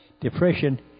Depression